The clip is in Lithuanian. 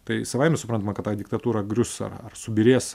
tai savaime suprantama kad ta diktatūra grius ar ar subyrės